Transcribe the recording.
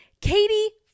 Katie